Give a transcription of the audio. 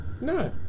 No